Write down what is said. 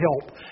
help